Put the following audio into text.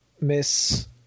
miss